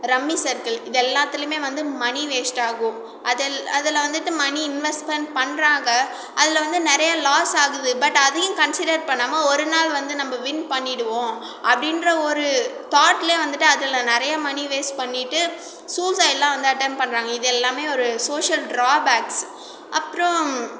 rummy circle இது எல்லாத்துலையுமே வந்து மனி வேஸ்ட் ஆகும் அதெல் அதில் வந்துவிட்டு மனி இன்வெஸ்ட்மென்ட் பண்ணுறாங்க அதில் வந்து நிறைய லாஸ் ஆகுது பட் அதையும் கன்சிடர் பண்ணாமல் ஒரு நாள் வந்து நம்ப வின் பண்ணிவிடுவோம் அப்படின்ற ஒரு தாட்டில வந்துவிட்டு அதில் நிறைய மனி வேஸ்ட் பண்ணிவிட்டு சூசைட்லாம் வந்து அட்டெம்ப்ட் பண்ணுறாங்க இது எல்லாமே ஒரு சோசியல் டிரா பேக்ஸ் அப்புறோம்